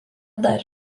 dar